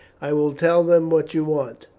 i will tell them what you want.